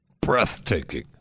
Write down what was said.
breathtaking